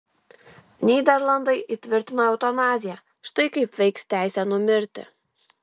nyderlandai įtvirtino eutanaziją štai kaip veiks teisė numirti